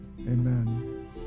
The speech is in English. Amen